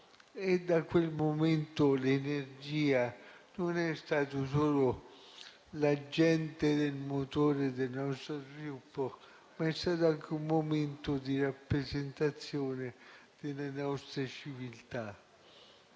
Da quel momento l'energia non è stata solo l'agente e il motore del nostro sviluppo, ma è stata anche un momento di rappresentazione delle nostre civiltà.